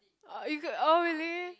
orh you got oh really